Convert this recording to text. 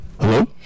Hello